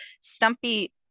stumpy